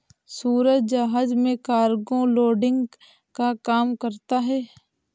सूरज जहाज में cargo loading का काम करता है